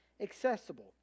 accessible